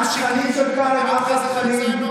התכנים של כאן הם אחלה תכנים.